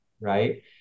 Right